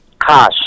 cash